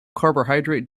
carbohydrate